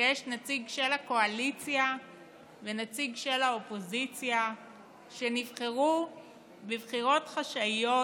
שיש נציג של הקואליציה ונציג של האופוזיציה שנבחרו בבחירות חשאיות